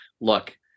look